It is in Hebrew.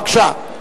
בבקשה, כבוד השר.